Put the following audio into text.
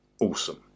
awesome